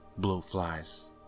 blowflies